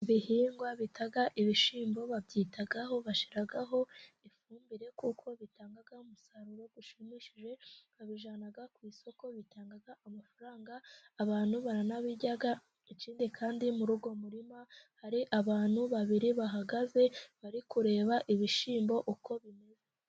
Ibihingwa bita ibishyimbo babyitaho, bashiraho ifumbire kuko bitanga umusaruro ushimishije, ukabijyana ku isoko, bitanga amafaranga abantu baranabirya, ikindi kandi muri uwo murima hari abantu babiri bahagaze bari kureba ibishyimbo uko bimeze.